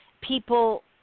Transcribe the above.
People